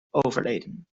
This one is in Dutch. overleden